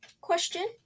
Question